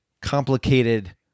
complicated